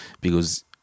because-